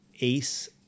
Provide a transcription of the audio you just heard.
ace